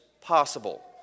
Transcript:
possible